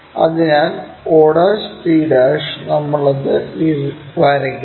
അതിനാൽo c നമ്മൾ അത് വരയ്ക്കുന്നു